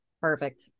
Perfect